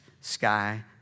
sky